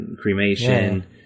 cremation